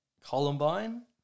Columbine